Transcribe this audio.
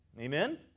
Amen